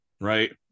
Right